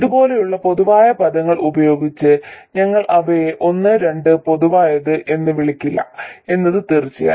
ഇതുപോലെയുള്ള പൊതുവായ പദങ്ങൾ ഉപയോഗിച്ച് ഞങ്ങൾ അവയെ ഒന്ന് രണ്ട് പൊതുവായത് എന്ന് വിളിക്കില്ല എന്നത് തീർച്ചയാണ്